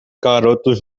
garotos